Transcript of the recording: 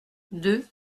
deux